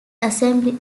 assembly